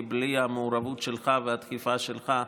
כי בלי המעורבות שלך והדחיפה שלך,